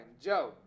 joe